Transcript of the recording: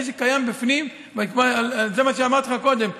הנשק קיים בפנים, וזה מה שאמרתי לך קודם.